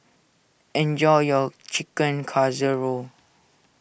enjoy your Chicken Casserole